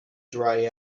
dry